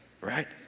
right